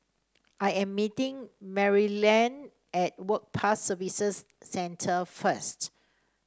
I am meeting Maryellen at Work Pass Services Centre first